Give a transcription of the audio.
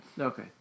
Okay